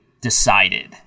decided